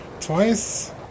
twice